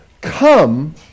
come